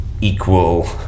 equal